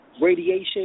radiation